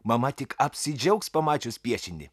mama tik apsidžiaugs pamačius piešinį